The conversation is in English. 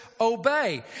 obey